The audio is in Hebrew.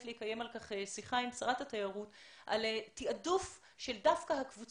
אבקש לקיים על כך שיחה עם שרת התיירות על תעדוף של דווקא הקבוצות